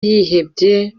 yihebye